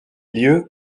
lieux